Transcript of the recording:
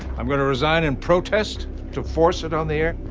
i'm going to resign in protest to force it on the air?